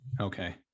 Okay